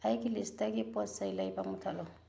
ꯑꯩꯒꯤ ꯂꯤꯁꯇꯒꯤ ꯄꯣꯠ ꯆꯩ ꯂꯩꯕ ꯃꯨꯊꯠꯂꯨ